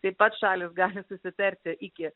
taip pat šalys gali susitarti iki